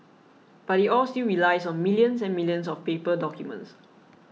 but it all still relies on millions and millions of paper documents